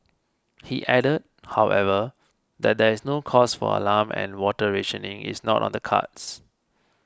he added however that there is no cause for alarm and water rationing is not on the cards